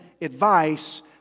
advice